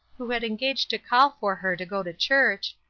who had engaged to call for her to go to church,